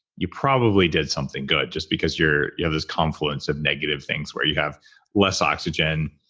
you probably did something good just because you're yeah this confluence of negative things where you have less oxygen,